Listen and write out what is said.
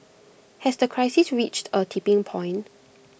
has the crisis reached A tipping point